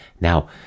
Now